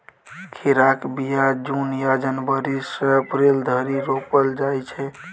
खीराक बीया जुन या जनबरी सँ अप्रैल धरि रोपल जाइ छै